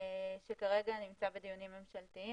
כרגע נמצא בדיונים ממשלתיים,